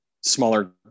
smaller